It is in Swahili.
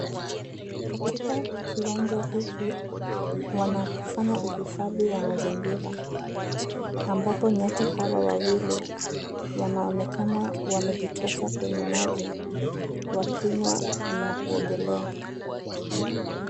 Katika kiwanja hiki, wanafanya uhifadhi wa mazingira ambapo nyati hawa wawili wanaonekana wamejitosa kwenye maji wakinywa na kuogelea.